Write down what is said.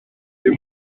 ddim